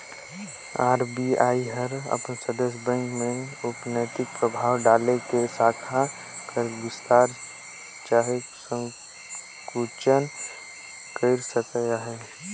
RBI हर अपन सदस्य बेंक मन उपर नैतिक परभाव डाएल के साखा कर बिस्तार चहे संकुचन कइर सकत अहे